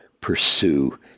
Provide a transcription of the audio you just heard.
pursue